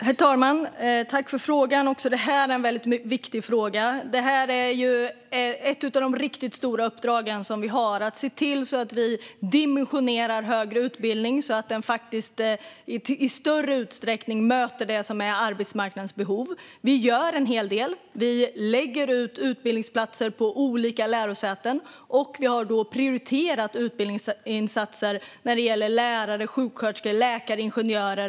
Herr talman! Tack för frågan! Också detta är en väldigt viktig fråga. Ett av de riktigt stora uppdragen vi har är att se till att vi dimensionerar högre utbildning så att den i större utsträckning möter det som är arbetsmarknadens behov. Vi gör en hel del. Vi lägger ut utbildningsplatser på olika lärosäten. Vi har prioriterat utbildningsinsatser när det gäller lärare, sjuksköterskor, läkare och ingenjörer.